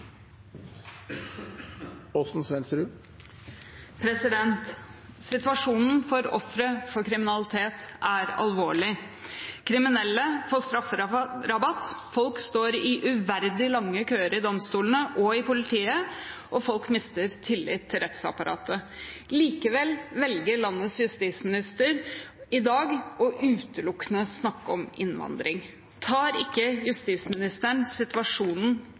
replikkordskifte. Situasjonen for ofre for kriminalitet er alvorlig. Kriminelle får strafferabatt, folk står i uverdig lange køer i domstolene og hos politiet, og folk mister tillit til rettsapparatet. Likevel velger landets justisminister i dag utelukkende å snakke om innvandring. Tar ikke justisministeren situasjonen